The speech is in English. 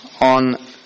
on